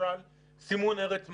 למשל סימון ארץ מקור.